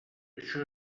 això